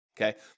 Okay